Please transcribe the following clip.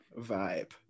vibe